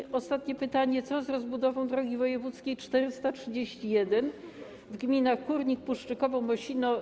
I ostatnie pytanie: Co z rozbudową drogi wojewódzkiej 431 w gminach Kórnik, Puszczykowo, Mosina?